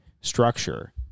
structure